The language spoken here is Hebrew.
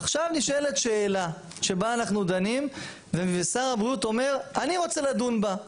עכשיו נשאלת שאלה שבה אנחנו דנים ושר הבריאות אומר: אני רוצה לדון בה,